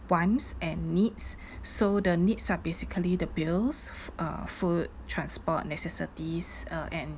wants and needs so the needs are basically the bills f~ uh food transport necessities uh and